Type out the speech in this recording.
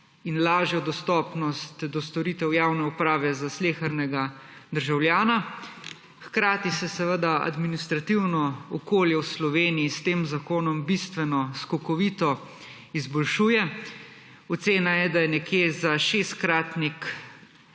in lažjo dostopnost do storitev javne uprave za slehernega državljana, hkrati se seveda administrativno okolje v Sloveniji s tem zakonom bistveno, skokovito izboljšuje. Ocena je, da nekje za šestkratnik